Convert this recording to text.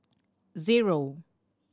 zero